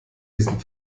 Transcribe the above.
diesen